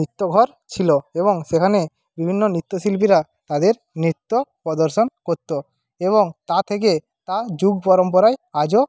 নৃত্যঘর ছিলো এবং সেখানে বিভিন্ন নৃত্যশিল্পীরা তাদের নৃত্য প্রদর্শন করতো এবং তা থেকে তা যুগ পরম্পরায় আজও